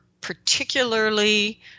particularly